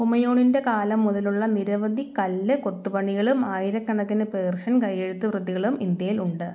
ഹുമയൂണിൻ്റെ കാലം മുതലുള്ള നിരവധി കല്ല് കൊത്തു പണികളും ആയിരക്കണക്കിന് പേർഷ്യൻ കയ്യെഴുത്തുപ്രതികളും ഇന്ത്യയിൽ ഉണ്ട്